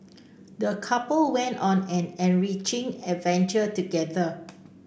the couple went on an enriching adventure together